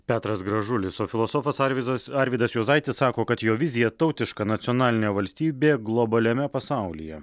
petras gražulis o filosofas arvyzas arvydas juozaitis sako kad jo vizija tautiška nacionalinė valstybė globaliame pasaulyje